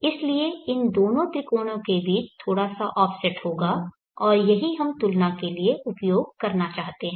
इसलिए इन दोनों त्रिकोणों के बीच थोड़ा सा ऑफसेट होगा और यही हम तुलना के लिए उपयोग करना चाहते हैं